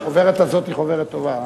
החוברת הזאת היא חוברת טובה,